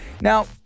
Now